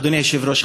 אדוני היושב-ראש,